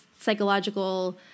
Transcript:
psychological